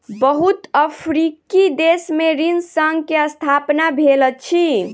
बहुत अफ्रीकी देश में ऋण संघ के स्थापना भेल अछि